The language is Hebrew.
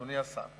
אדוני השר,